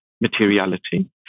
materiality